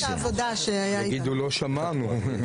יגידו לא שמענו.